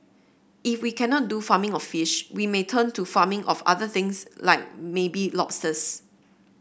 if we cannot do farming of fish we may turn to farming of other things like maybe lobsters